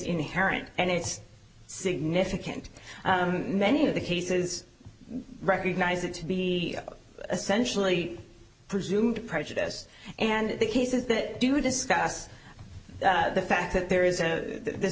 inherent and it's significant many of the cases recognize it to be essentially presumed prejudice and the cases that do discuss the fact that there is a this